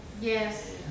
Yes